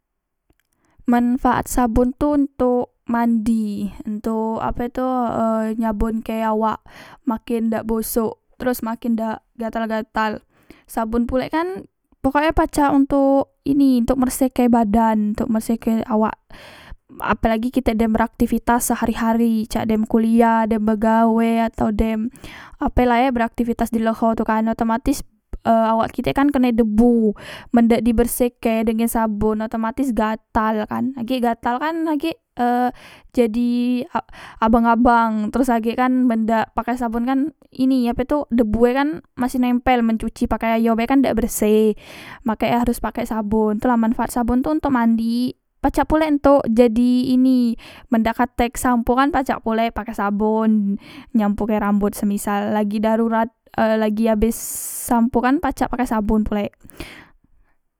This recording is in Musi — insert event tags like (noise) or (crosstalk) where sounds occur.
Manfaat sabon tu untuk mandi ontok ape tu e (hesitation) nyabonke awak maken dak bosok teros maken dak gatal gatal sabon pulek kan pokoke pacak untuk ini untuk bersihke badan bersihke awak apelagi kite dem beraktivitas sehari hari cak dem kuliah dem begawe atau dem apela e beraktivitas di leho tu kan otomatis e awak kite kan keno debu men dak di bersehke dengan sabon otomatis gatal kan agek gatalkan agek e jadi abang abang teros agek kan men dak pake sabon kan ni ape tu debue kan masih nempel men cuci pake ayo be kan dak berse makek e harus pake sabon tula manfaat sabon tu ontok mandik pacak pulek ontok dijadi ini men dak katek sampo kan pacak pulek pakai sabon nyampokke sabon semisal lagi darurat e lagi abes sampo kan pacak pakai sabon pulek